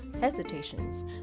hesitations